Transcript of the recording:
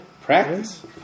practice